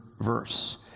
verse